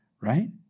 right